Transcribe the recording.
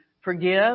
forgive